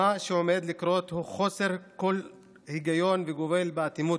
מה שעומד לקרות הוא חסר כל היגיון ואפילו גובל באטימות.